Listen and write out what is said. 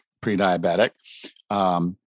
pre-diabetic